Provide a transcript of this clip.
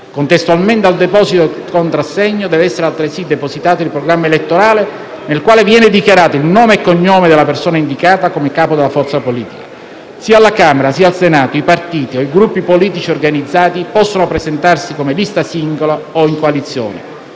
contestualmente al deposito del contrassegno, deve essere altresì depositato il programma elettorale, nel quale viene dichiarato il nome e cognome della persona indicata come capo della forza politica. Sia alla Camera sia al Senato i partiti o i gruppi politici organizzati possono presentarsi come lista singola o in coalizione.